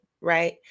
right